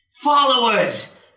Followers